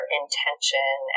intention